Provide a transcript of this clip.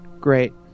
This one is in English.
Great